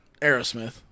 Aerosmith